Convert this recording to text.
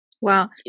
Wow